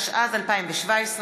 התשע"ז 2017,